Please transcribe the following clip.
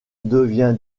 devient